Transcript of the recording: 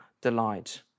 delight